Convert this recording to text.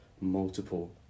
multiple